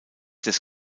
des